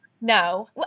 No